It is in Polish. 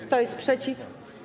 Kto jest przeciw?